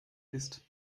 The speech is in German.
ist